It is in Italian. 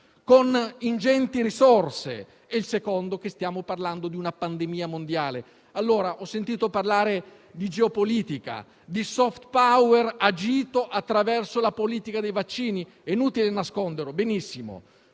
con ingenti risorse; il secondo è che stiamo parlando di una pandemia mondiale. Ho sentito parlare di geopolitica e di *soft power* agito attraverso la politica dei vaccini, è inutile nasconderlo. Benissimo,